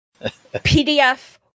PDF